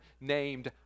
named